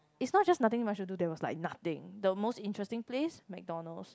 is not just nothing much to do there were like nothing the most interesting place McDonalds